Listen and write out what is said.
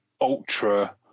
ultra